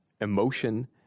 emotion